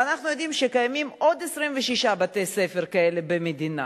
ואנחנו יודעים שקיימים עוד 26 בתי-ספר כאלה במדינה.